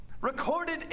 recorded